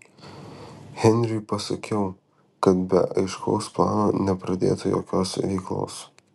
henriui pasakiau kad be aiškaus plano nepradėtų jokios veiklos